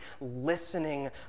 listening